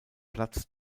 platz